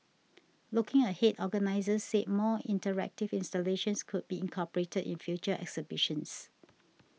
looking ahead organisers said more interactive installations could be incorporated in future exhibitions